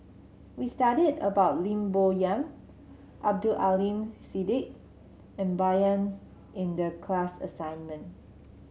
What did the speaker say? we studied about Lim Bo Yam Abdul Aleem Siddique and Bai Yan in the class assignment